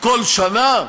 כל שנה?